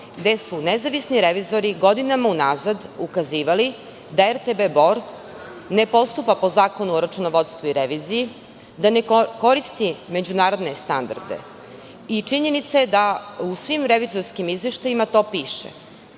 gde su nezavisni revizori godinama unazad ukazivali da RTB Bor ne postupa po Zakonu o računovodstvu i reviziji, da ne koristi međunarodne standarde. Činjenica je da u svim revizorskim izveštajima to piše,